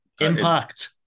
Impact